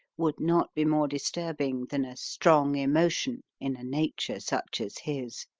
would not be more disturbing than a strong emotion in a nature such as his.